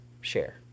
share